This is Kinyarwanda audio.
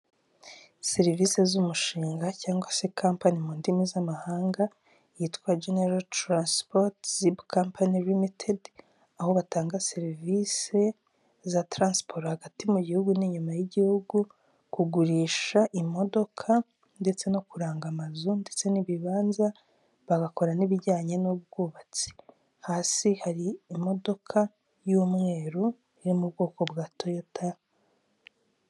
Serivisi z'umushinga cyangwa se kampani mu ndimi z'amahanga yitwa genelo turansipoti zibu kampani limitedi, aho batanga serivise za tiransiporo hagati mu gihugu n'inyuma y'igihugu, kugurisha imodoka ndetse no kuranga amazu ndetse n'ibibanza, bagakora n'ibijyanye n'ubwubatsi, hasi hari imodoka y'umweru iri mu bwoko bwa Toyota.